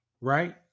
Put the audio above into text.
right